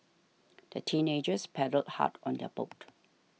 the teenagers paddled hard on their boat